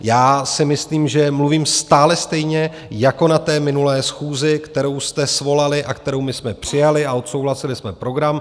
Já si myslím, že mluvím stále stejně jako na minulé schůzi, kterou jste svolali, kterou my jsme přijali a odsouhlasili jsme program.